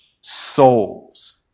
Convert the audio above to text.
souls